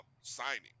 signing